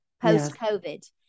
post-COVID